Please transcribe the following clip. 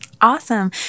Awesome